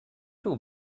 too